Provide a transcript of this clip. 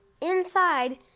inside